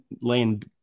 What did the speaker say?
laying